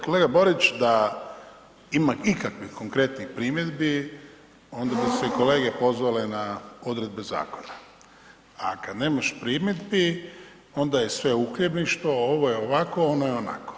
Kolega Borić da ima ikakvih konkretnih primjedbi onda bi se kolege pozvale na odredbe zakona, a kad nemaš primjedbi onda je sve uhljebništvo ovo je ovako, ono je onako.